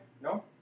No